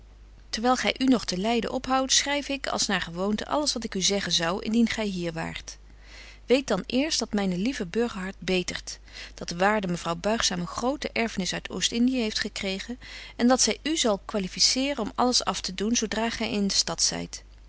terwyl gy u nog te leiden ophoudt schryf ik als naar gewoonte alles wat ik u zeggen zou indien gy hier waart weet dan eerst dat myne lieve burgerhart betert dat de waarde mevrouw buigzaam een grote erfnis uit oostindiën heeft gekregen en dat zy u zal qualificeren om alles af te doen zo dra gy in de stad zyt